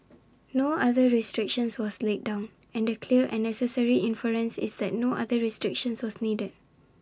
no other restriction was laid down and the clear and necessary inference is that no other restriction was needed